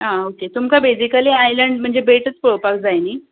आं ओके तुमकां basically island म्हणजे बेटूच पळोवपाक जाय न्ही